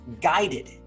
guided